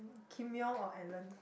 Kim-Yeong or Allen